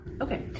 Okay